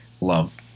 love